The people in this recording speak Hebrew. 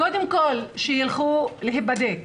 קודם כל שילכו להיבדק.